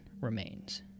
remains